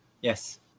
Yes